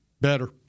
Better